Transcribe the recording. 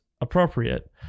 appropriate